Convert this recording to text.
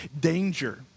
danger